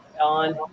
on